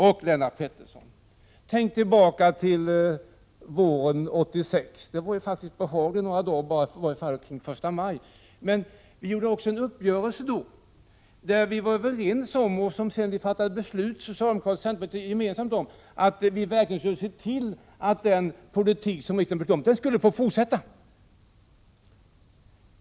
Tänk, Lennart Pettersson, tillbaka till våren 1986, kring den 1 maj. Vi gjorde då en uppgörelse. Sedan fattade socialdemokraterna och centerpartiet gemensamt ett beslut om att vi verkligen skulle se till att den politik som vi byggt upp skulle få fortsätta.